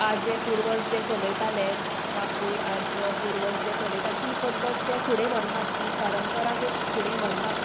आजे पुर्वज जें चलयताले बापूय आजो पुर्वज जे चलयताले ती पद्दत ते फुडें व्हरनात ती परंपरा ते फुडें व्हरनात